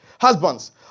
Husbands